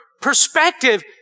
perspective